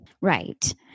Right